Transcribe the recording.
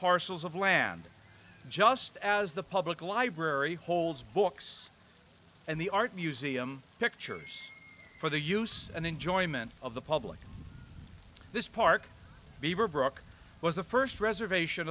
parcels of land just as the public library holds books and the art museum pictures for the use and enjoyment of the public this park beaverbrook was the st reservation